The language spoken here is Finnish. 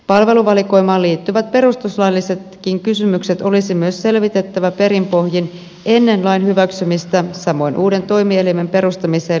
palveluvalikoimaan liittyvät perustuslaillisetkin kysymykset olisi myös selvitettävä perin pohjin ennen lain hyväksymistä samoin uuden toimielimen perustamiseen liittyvät kysymykset